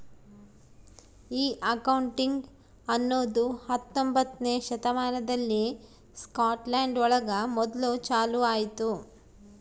ಈ ಅಕೌಂಟಿಂಗ್ ಅನ್ನೋದು ಹತ್ತೊಂಬೊತ್ನೆ ಶತಮಾನದಲ್ಲಿ ಸ್ಕಾಟ್ಲ್ಯಾಂಡ್ ಒಳಗ ಮೊದ್ಲು ಚಾಲೂ ಆಯ್ತು